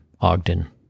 Ogden